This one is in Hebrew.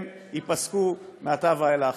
הם ייפסקו מעתה ואילך.